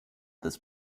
this